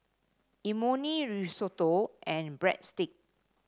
Imoni Risotto and Breadsticks